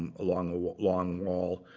um long ah long wall.